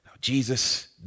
Jesus